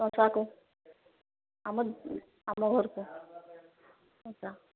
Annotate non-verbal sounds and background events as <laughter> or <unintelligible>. <unintelligible> ଆମର୍ ଆମ ଘର୍କୁ